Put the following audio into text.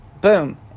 boom